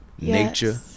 nature